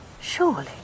Surely